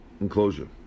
enclosure